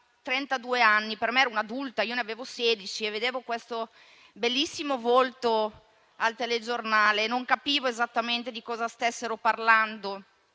anni. Per me era un'adulta; io ne avevo sedici e vedevo il suo bellissimo volto al telegiornale. Non capivo esattamente di cosa stessero parlando